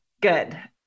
Good